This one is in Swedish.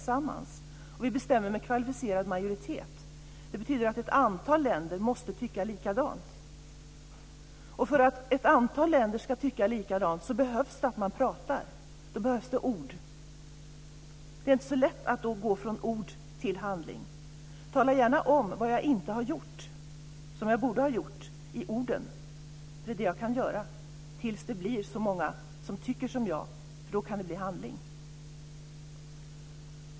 Vi bestämmer med kvalificerad majoritet. Det betyder att ett antal länder måste tycka likadant. För att ett antal länder ska tycka likadant behövs det att man talar. Det behövs ord. Det är inte så lätt att gå från ord till handling. Tala gärna om vad jag inte har gjort som jag borde ha gjort i orden. Det är vad jag kan göra tills det blir så många som tycker som jag, för då kan det bli handling.